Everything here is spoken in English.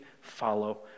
follow